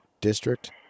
district